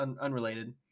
unrelated